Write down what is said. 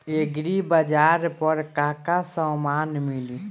एग्रीबाजार पर का का समान मिली?